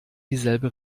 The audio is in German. dieselbe